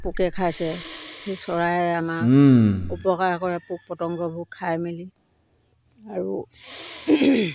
পোকে খাইছে সেই চৰাই আমাক উপকাৰ কৰে পোক পতংগবোৰ খাই মেলি আৰু